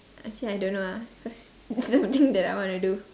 actually I don't know ah cause nothing that I wanna do